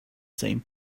same